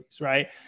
right